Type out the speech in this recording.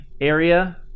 area